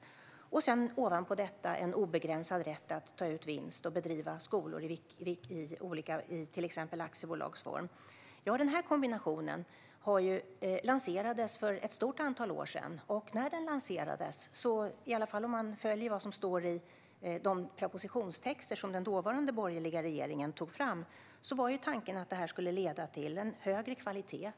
Ovanpå detta finns det en obegränsad rätt att ta ut vinst och bedriva skolor i till exempel aktiebolagsform. Den här kombinationen lanserades för ett stort antal år sedan. När den lanserades - om man läser det som står i de propositionstexter som den dåvarande borgerliga regeringen tog fram - var tanken att det skulle leda till en högre kvalitet.